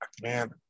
Man